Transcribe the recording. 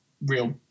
real